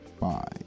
Bye